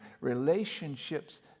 Relationships